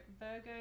virgo